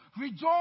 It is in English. rejoice